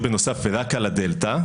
הוא יהיה בנוסף רק על הדלתא,